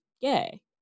gay